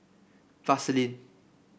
vaseline